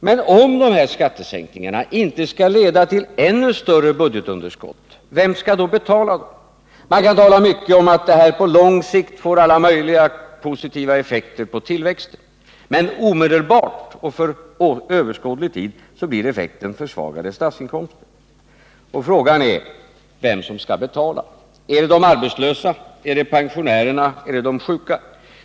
Men om de skattesänkningarna inte skall leda till ännu större budgetunderskott, vem skall då betala dem? Man kan tala mycket om att detta på lång sikt får alla möjliga positiva effekter på tillväxten, men omedelbart och för överskådlig tid blir effekten försvagade statsinkomster. Och frågan är vem som skall betala. Är det de arbetslösa, pensionärerna, de sjuka?